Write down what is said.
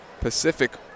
Pacific